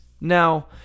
Now